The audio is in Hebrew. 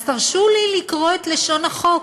אז תרשו לי לקרוא את לשון החוק,